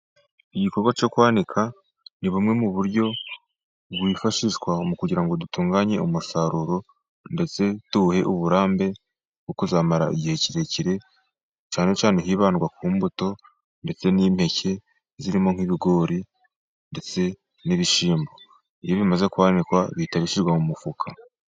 Igikorwa cyo kwanika ni bumwe mu buryo bwifashishwa mu kugira ngo dutunganye umusaruro, ndetse tuwuhe uburambe bwo kuzamara igihe kirekire cyane cyane hibandwa ku mbuto ndetse n'impeke zirimo nk'ibigori, ndetse n'ibishyimbo. Iyo bimaze kwanikwa bihita bishyirwa mu mufuka.